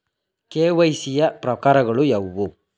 KYC ಯ ಪ್ರಕಾರಗಳು ಯಾವುವು?